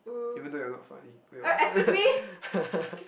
even though you're not funny wait what